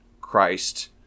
Christ